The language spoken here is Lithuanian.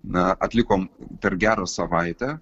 na atlikom dar gerą savaitę